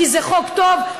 כי זה חוק טוב,